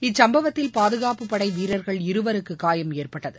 இச்சம்பவத்தில் பாதுகாப்புப்படை வீரர்கள் இருவருக்கு காயம் ஏற்பட்டது